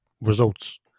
results